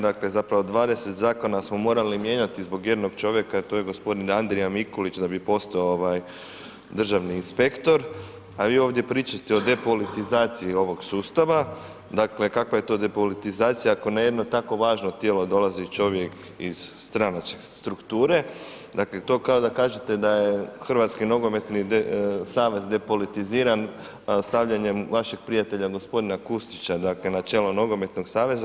Dakle, zapravo 20 zakona smo morali mijenjati zbog jednog čovjeka, a to je gospodin Andrija Mikulić da bi postao ovaj državni inspektor, a vi ovdje pričate o depolitizaciji ovog sustava, dakle kakva je to depolitizacija ako na jedno tako važno tijelo dolazi čovjek iz stranačke strukture, dakle to kao da kažete da je Hrvatski nogometni savez depolitiziran stavljanjem vašeg prijatelja gospodina Kustića dakle na čelo nogometnog saveza.